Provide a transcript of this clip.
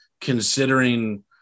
considering